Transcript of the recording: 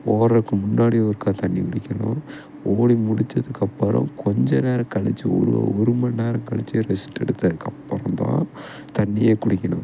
ஓடுறக்கு முன்னாடி ஒருக்கா தண்ணி குடிக்கணும் ஓடி முடிச்சதுக்கு அப்புறம் கொஞ்ச நேரம் கழிச்சி ஒரு ஒரு மண் நேரம் கழிச்சி ரெஸ்ட் எடுத்ததுக்கு அப்புறம் தான் தண்ணியே குடிக்கணும்